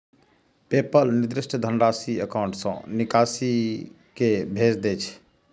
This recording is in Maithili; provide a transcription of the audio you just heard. पेपल निर्दिष्ट धनराशि एकाउंट सं निकालि कें भेज दै छै